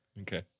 Okay